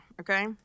okay